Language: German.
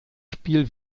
spiel